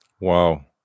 wow